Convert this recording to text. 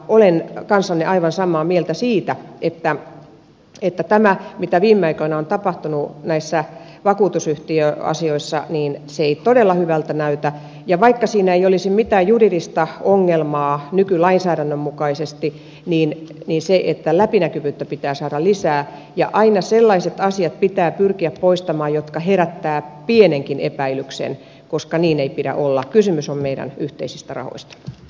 olen kanssanne aivan samaa mieltä siitä että tämä mitä viime aikoina on tapahtunut näissä vakuutusyhtiöasioissa ei todella hyvältä näytä ja vaikka siinä ei olisi mitään juridista ongelmaa nykylainsäädännön mukaisesti niin läpinäkyvyyttä pitää saada lisää ja aina pitää pyrkiä poistamaan sellaiset asiat jotka herättävät pienenkin epäilyksen koska niin ei pidä olla kysymys on meidän yhteisistä rahoistamme